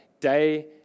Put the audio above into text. day